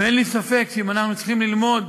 ואין לי ספק שאם אנחנו צריכים ללמוד,